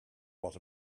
what